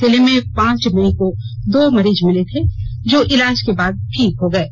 जिले में पांच मई को दो मरीज मिले थे जो इलाज के बाद ठीक हो गये